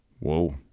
Whoa